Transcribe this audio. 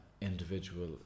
individual